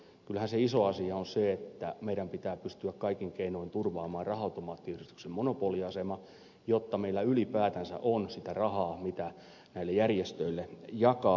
kyllähän se iso asia on se että meidän pitää pystyä kaikin keinoin turvaamaan raha automaattiyhdistyksen monopoliasema jotta meillä ylipäätänsä on sitä rahaa mitä näille järjestöille jakaa